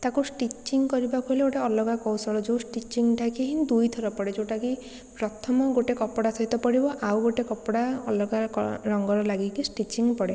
ତାକୁ ସ୍ଟିଚିଂ କରିବାକୁ ହେଲେ ଗୋଟେ ଅଲଗା କୌଶଳ ଯେଉଁ ସ୍ଟିଚିଂଟା କି ହିଁ ଦୁଇଥର ପଡ଼େ ଯେଉଁଟାକି ପ୍ରଥମ ଗୋଟେ କପଡ଼ା ସହିତ ପଡ଼ିବ ଆଉ ଗୋଟେ କପଡ଼ା ଅଲଗା କ ରଙ୍ଗର ଲାଗିକି ସ୍ଟିଚିଂ ପଡ଼େ